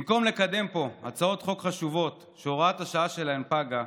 במקום לקדם פה הצעות חוק חשובות שהוראת השעה שלהן פגה,